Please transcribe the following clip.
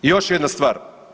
I još jedna stvar.